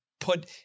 put